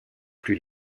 plus